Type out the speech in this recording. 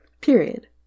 Period